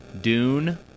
Dune